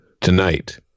Tonight